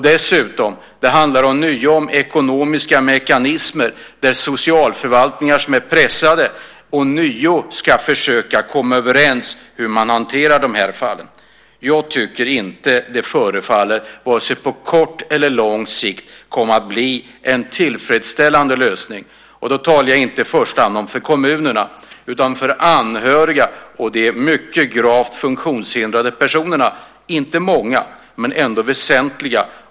Dessutom handlar det återigen om ekonomiska mekanismer där socialförvaltningar som är pressade ånyo ska försöka komma överens om hur man ska hantera de här fallen. Jag tycker inte att det, vare sig på kort eller lång sikt, förefaller komma att bli en tillfredsställande lösning. Då talar jag inte i första hand om lösningen för kommunerna utan för de anhöriga och de mycket gravt funktionshindrade personerna. De är inte många, men ändå väsentliga.